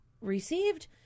received